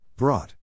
brought